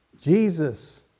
Jesus